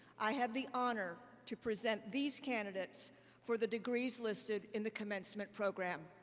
i have the honor to present these candidates for the degrees listed in the commencement program.